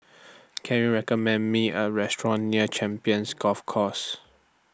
Can YOU recommend Me A Restaurant near Champions Golf Course